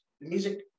music